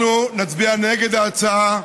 אנחנו נצביע נגד ההצעה,